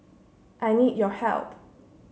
I need your help